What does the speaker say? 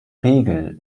regel